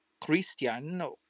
Christian